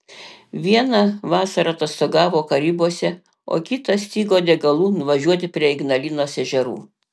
vieną vasarą atostogavo karibuose o kitą stigo degalų nuvažiuoti prie ignalinos ežerų